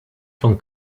van